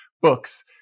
books